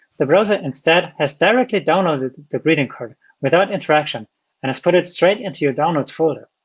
the browser instead has directly downloaded the greeting card without interaction and has put it straight into your downloads folder.